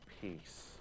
peace